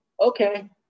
Okay